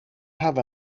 have